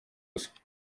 gusa